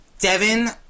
Devin